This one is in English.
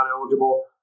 eligible